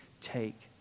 take